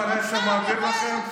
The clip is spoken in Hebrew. אחרי שהוא מעביר לכם,